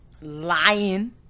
lying